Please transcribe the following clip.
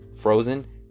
frozen